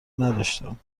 نداشتم